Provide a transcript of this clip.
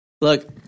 look